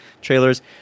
trailers